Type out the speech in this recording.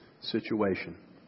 situation